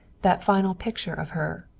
that final picture of her.